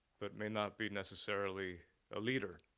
but may not be necessarily a leader.